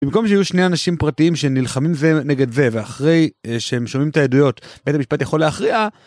במקום שיהיו שני אנשים פרטיים שנלחמים נגד זה ואחרי שהם שומעים את העדויות בית המשפט יכול להכריע